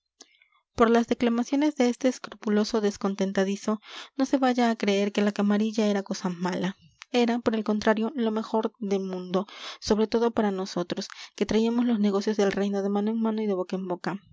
por las declamaciones de este escrupuloso descontentadizo no se vaya a creer que la camarilla era cosa mala era por el contrario lo mejor de mundo sobre todo para nosotros que traíamos los negocios del reino de mano en mano y de boca en boca